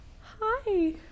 Hi